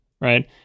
right